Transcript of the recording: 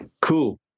Cool